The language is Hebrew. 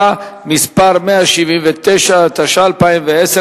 תשעה בעד,